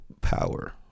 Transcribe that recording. power